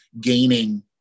gaining